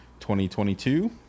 2022